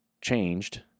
changed